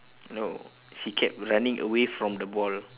no she kept running away from the ball